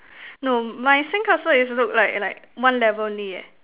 no my sandcastle is look like like one level only eh